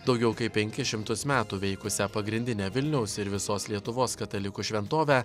daugiau kaip penkis šimtus metų veikusią pagrindinę vilniaus ir visos lietuvos katalikų šventovę